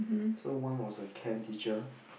so one was a chem teacher